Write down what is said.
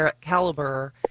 caliber